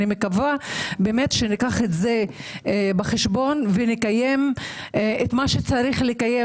ואני מקווה שניקח את זה בחשבון ונקיים את מה שצריך לקיים.